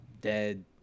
dead